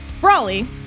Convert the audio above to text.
Brawly